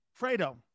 Fredo